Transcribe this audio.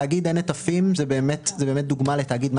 תאגיד עין נטפים זה באמת דוגמה לתאגיד מוצלח.